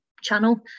channel